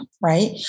right